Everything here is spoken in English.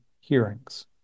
hearings